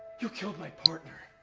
you killed my partner!